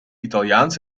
italiaans